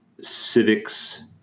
civics